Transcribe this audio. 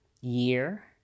year